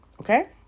okay